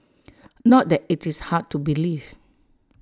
not that IT is hard to believe